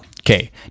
Okay